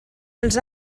els